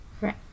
right